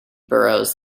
burrows